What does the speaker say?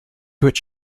which